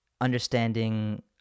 understanding